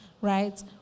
right